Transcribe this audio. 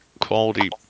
quality